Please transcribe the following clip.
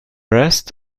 rest